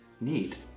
neat